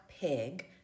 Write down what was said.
Pig